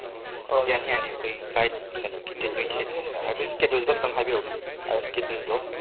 ꯑꯥ ꯌꯥꯅꯤ ꯌꯥꯅꯤ ꯑꯩꯈꯣꯏ ꯐ꯭ꯂꯥꯏꯇ ꯀꯩꯅꯣꯒꯤ ꯗꯦꯠ ꯇ꯭ꯋꯦꯟꯇꯤ ꯑꯩꯠ ꯀꯤꯁꯤꯔꯥ ꯍꯥꯏꯐꯦꯠ ꯏꯁꯀꯦꯗ꯭ꯌꯨꯜꯗꯣ ꯑꯝꯇꯪ ꯍꯥꯏꯕꯤꯔꯛꯎꯅꯦ ꯏꯁꯀꯦꯗ꯭ꯌꯨꯜꯗꯣ